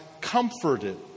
comforted